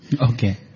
okay